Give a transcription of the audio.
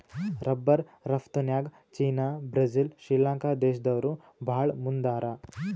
rubber ರಫ್ತುನ್ಯಾಗ್ China Brazil Sri Lanka ದೇಶ್ದವ್ರು ಭಾಳ್ ಮುಂದ್ ಹಾರ